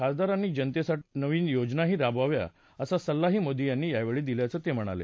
खासदारांनी जनतेसाठी नवनविन योजनाही राबवाव्या असा सल्लाही मोदी यांनी यावेळी दिल्याचं ते म्हणाले